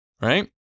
right